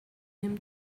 him